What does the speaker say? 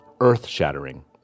earth-shattering